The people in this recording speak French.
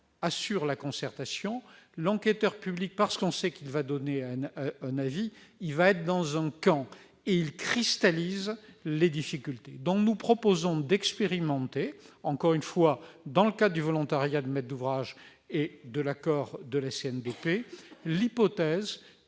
assure la concertation, alors que l'enquêteur public, parce qu'on sait qu'il va donner un avis, est dans un camp et cristallise les difficultés. C'est pourquoi nous proposons d'expérimenter, dans le cadre du volontariat du maître d'ouvrage et de l'accord de la CNDP, l'hypothèse